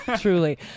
Truly